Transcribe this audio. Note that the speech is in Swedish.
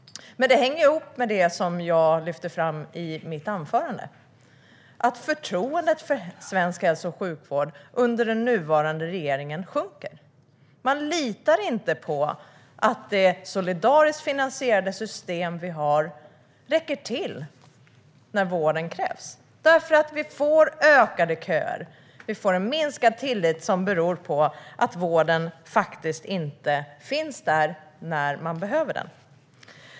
Det hänger ihop med det som jag lyfte fram i mitt anförande: att förtroendet för svensk hälso och sjukvård under den nuvarande regeringen sjunker. Man litar inte på att det solidariskt finansierade system vi har räcker till när vården krävs. Vi får ökade köer. Vi får en minskad tillit som beror på att vården faktiskt inte finns där när man behöver den.